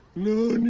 no